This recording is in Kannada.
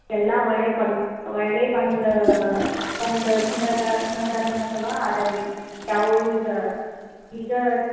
ಎಲ್ಲಾ ಒಳ್ಳೆಯ ಕ್ವಾಲ್ ಒಳ್ಳೆಯ ಒಂದು ಒಂದು ಗುಣದ ಗುಣಧರ್ಮದವೇ ಅದಾವೆ ರೀ ಯಾವೂ ಈಗ ಈಗ